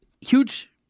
huge